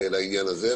לעניין הזה.